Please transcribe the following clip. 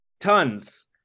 Tons